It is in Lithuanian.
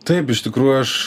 taip iš tikrųjų aš